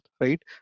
right